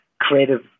creative